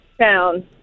town